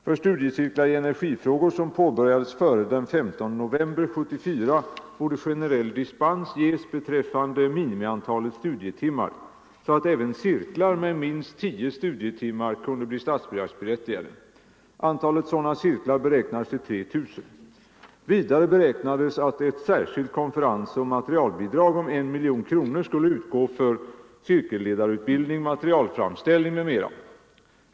För studiecirklar i energifrågor som påbörjades före den 15 november 1974 borde generell dispens ges beträffande minimiantalet studietimmar, så att även cirklar med minst 10 studietimmar kunde bli statsbidragsberättigade. Antalet sådana cirklar beräknades till 3 000. Vidare beräknades att ett särskilt konferensoch materialbidrag om 1 miljon kronor skulle utgå för cirkelledarutbildning, materialframställning m.m.